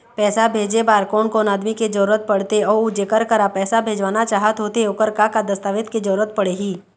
पैसा भेजे बार कोन कोन आदमी के जरूरत पड़ते अऊ जेकर करा पैसा भेजवाना चाहत होथे ओकर का का दस्तावेज के जरूरत पड़ही?